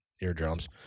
eardrums